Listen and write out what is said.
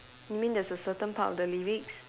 you mean there's a certain part of the lyrics